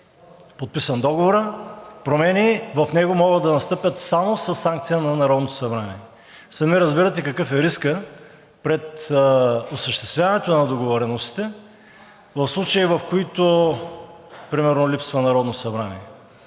подписан договорът, промени в него могат да настъпят само със санкция на Народното събрание. Сами разбирате какъв е рискът пред осъществяването на договореностите в случаи, в които примерно липсва